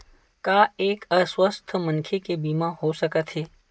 का एक अस्वस्थ मनखे के बीमा हो सकथे?